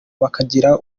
bakagira